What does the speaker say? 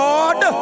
Lord